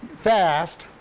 fast